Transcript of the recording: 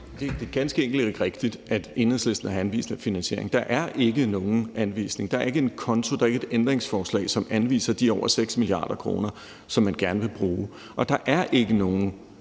Det er ganske enkelt ikke rigtigt, at Enhedslisten har anvist en finansiering. Der er ikke nogen anvisning, der er ikke en konto, der er ikke et ændringsforslag, som anviser de over 6 mia. kr., som man gerne vil bruge, og der er ikke lagt